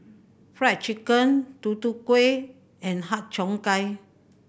Fried Chicken Tutu Kueh and Har Cheong Gai